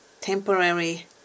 temporary